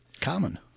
common